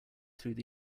through